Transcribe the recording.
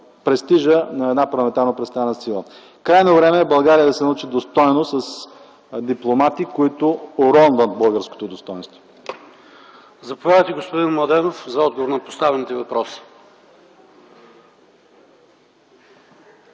престижа на една парламентарно представена сила. Крайно време е България да се държи достойно с дипломати, които оронват българското достойнство... ПРЕДСЕДАТЕЛ ПАВЕЛ ШОПОВ: Заповядайте господин Младенов, за отговор на поставените въпроси.